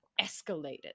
escalated